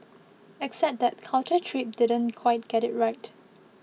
except that Culture Trip didn't quite get it right